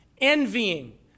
envying